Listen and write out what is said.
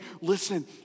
listen